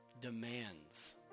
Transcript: demands